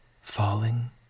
falling